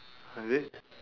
is it